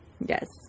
Yes